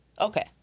Okay